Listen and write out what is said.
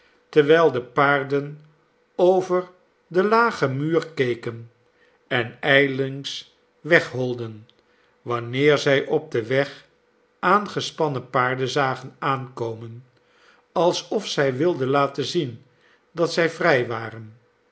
terwijl de paarden over den lagen muur keken en ijlings wegholden wanneer zij op den weg aangespannen paarden zagen aankomen alsof zij wilden laten zien dat zij vrij waren